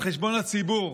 על חשבון הציבור,